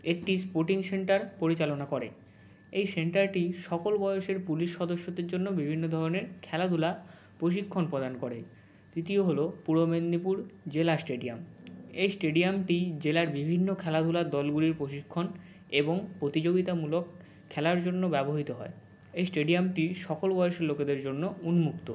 একটি sporting centre পরিচালনা করে এই সেন্টারটি সকল বয়সের পুলিশ সদস্যদের জন্য বিভিন্ন ধরনের খেলাধূলা প্রশিক্ষণ প্রদান করে তৃতীয় হলো পূর্ব মেদিনীপুর জেলা স্টেডিয়াম এই স্টেডিয়ামটি জেলার বিভিন্ন খেলাধুলার দলগুলির প্রশিক্ষণ এবং প্রতিযোগিতামূলক খেলার জন্য ব্যবহৃত হয় এই স্টেডিয়ামটি সকল বয়সের লোকেদের জন্য উন্মুক্ত